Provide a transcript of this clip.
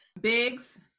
Biggs